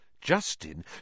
Justin